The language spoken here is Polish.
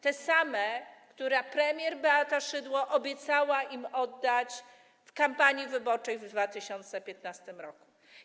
Te same, które premier Beata Szydło obiecała im oddać w kampanii wyborczej w 2015 r.